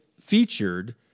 featured